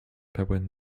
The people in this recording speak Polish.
pełen